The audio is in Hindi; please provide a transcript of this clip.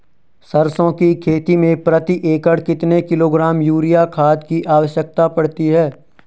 सरसों की खेती में प्रति एकड़ कितने किलोग्राम यूरिया खाद की आवश्यकता पड़ती है?